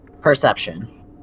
Perception